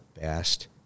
best